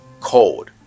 cold